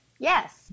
Yes